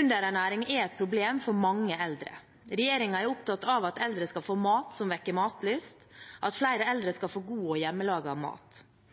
Underernæring er et problem for mange eldre. Regjeringen er opptatt av at eldre skal få mat som vekker matlyst, at flere eldre skal få god og hjemmelaget mat.